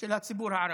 של הציבור הערבי?